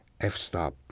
F-stop